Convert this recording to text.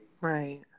Right